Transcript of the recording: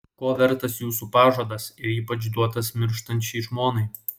ko vertas jūsų pažadas ir ypač duotas mirštančiai žmonai